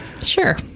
Sure